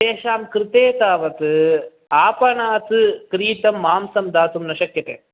तेषां कृते तावत् आपणात् क्रीतं मांसं दातुं न शक्यते